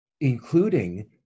including